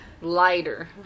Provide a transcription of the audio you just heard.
lighter